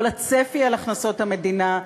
כל הצפי על הכנסות המדינה,